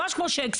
ממש כמו שייקספיר.